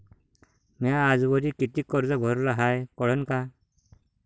म्या आजवरी कितीक कर्ज भरलं हाय कळन का?